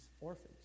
orphans